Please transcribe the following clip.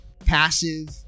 passive